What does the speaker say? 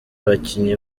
bakinnyi